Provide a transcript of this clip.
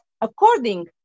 according